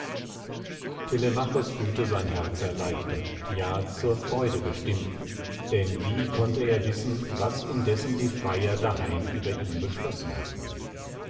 fühlte sein herz erleichtert ja zur freude gestimmt denn wie konnte er wissen was indessen die freier daheim über ihn beschlossen hatten